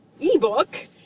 ebook